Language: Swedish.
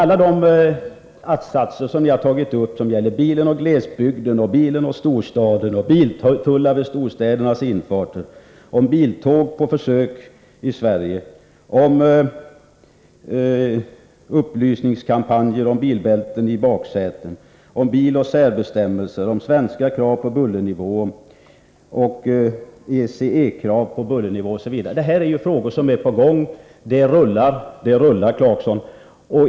Alla de att-satser som ni har tagit upp — om bilen och glesbygden, bilen och storstaden, biltullar vid storstädernas infarter, biltåg på försök i Sverige, upplysningskampanjer om bilbälten i baksätet, bilen och särbestämmelser, svenska krav om bullernivåer, ECE-krav om bullernivåer osv. — gäller frågor som är på gång. Det rullar, Rolf Clarkson.